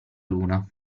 luna